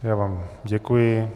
Já vám děkuji.